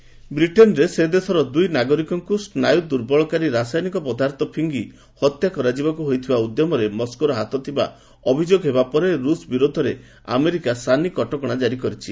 US ରୁଷ୍ ବ୍ରିଟେନ୍ରେ ସେ ଦେଶର ଦୁଇ ନାଗରିକଙ୍କୁ ସ୍ନାୟୁ ଦୁର୍ବଳକାରୀ ରାସାୟନିକ ପଦାର୍ଥ ଫିଙ୍ଗି ହତ୍ୟା କରିବାକୁ ହୋଇଥିବା ଉଦ୍ୟମରେ ମସ୍କୋର ହାତ ଥିବା ଅଭିଯୋଗ ହେବା ପରେ ରୁଷ୍ ବିରୋଧରେ ଆମେରିକା ସାନି କଟକଣା ଜାରି କରିଛି